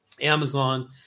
Amazon